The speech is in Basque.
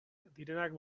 direnak